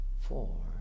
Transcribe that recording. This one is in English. four